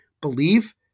believe